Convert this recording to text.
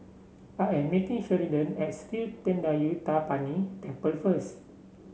I am meeting Sheridan at Sri Thendayuthapani Temple first